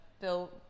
Bill